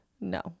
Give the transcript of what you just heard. no